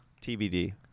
tbd